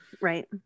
right